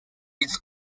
its